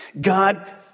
God